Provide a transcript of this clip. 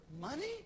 money